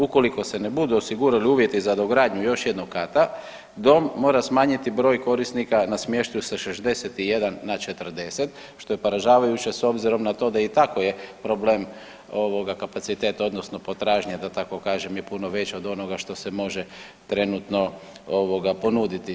Ukoliko se ne budu osigurali uvjeti za gradnju još jednog kata, dom mora smanjiti broj korisnika na smještaj sa 61 na 40, što je poražavajuće s obzirom na to da i tako je problem kapaciteta, odnosno potražnje, da tako kažem, je puno veća od onoga što se može trenutno ovoga, ponuditi.